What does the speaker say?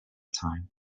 time